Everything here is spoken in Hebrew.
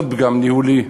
עוד פגם ניהולי,